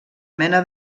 mena